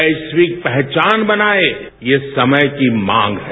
वैश्विक पहचान बनाए ये समय की मांग है